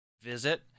visit